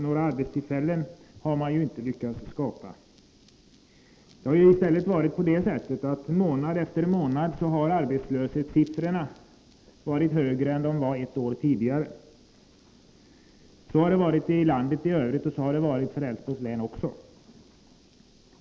Några arbetstillfällen har man ju inte lyckats skapa. I stället har, månad efter månad, arbetslöshetssiffrorna varit högre än de var ett år tidigare. Så har det varit i landet i övrigt, och så har det varit i Älvsborgs län också.